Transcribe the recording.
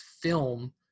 film